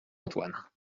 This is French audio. antoine